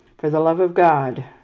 for the love of god,